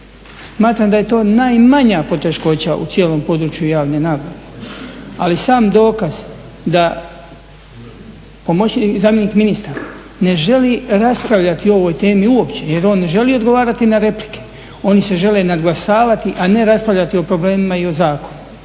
Smatram da je to najmanja poteškoća u cijelom području javne nabave, ali sam dokaz da zamjenik ministra ne želi raspravljati o ovoj temi uopće, jer on ne želi odgovarati na replike. Oni se žele nadglasavati, a ne raspravljati o problemima i o zakonu,